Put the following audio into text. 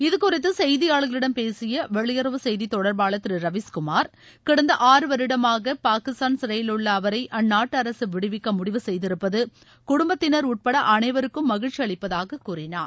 இது குறித்து செய்தியாளர்களிடம் பேசிய வெளியுறவு செய்தி தொடர்பாளர் திரு ரவிஸ்குமார் கடந்த ஆறு வருடமாக பாகிஸ்தான் சிறையிலுள்ள அவரை அந்நாட்டு அரசு விடுவிக்க முடிவு செய்திருப்பது குடும்பத்தினர் உட்பட அனைவருக்கும் மகிழ்ச்சி அளிப்பதாக கூறினார்